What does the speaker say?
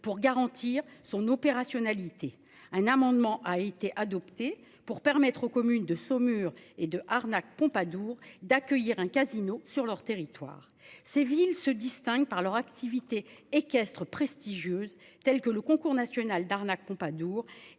pour garantir son opérationnalité un amendement a été adopté pour permettre aux communes de Saumur et de arnaque Pompadour d'accueillir un casino sur leur territoire. Ces villes se distinguent par leur activité équestre prestigieuses telles que le concours national d'arnaque Pompadour